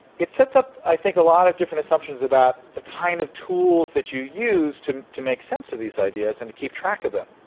it sets up, i think, a lot of different assumptions about the kind of tools that you use to to make sense of these ideas and to keep track of them.